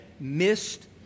missed